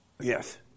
Yes